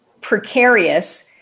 precarious